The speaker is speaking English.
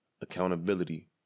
accountability